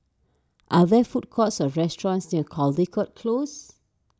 are there food courts or restaurants near Caldecott Close